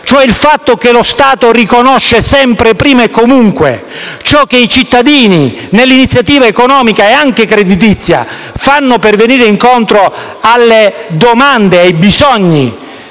(cioè il fatto che lo Stato riconosca sempre prima e comunque ciò che i cittadini fanno nell'iniziativa economica ed anche creditizia per venire incontro alle domande ed ai bisogni